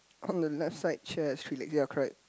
on the left side chair is three leg yea correct